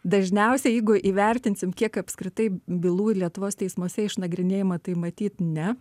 dažniausiai jeigu įvertinsim kiek apskritai bylų lietuvos teismuose išnagrinėjama tai matyt ne